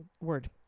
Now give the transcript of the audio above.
word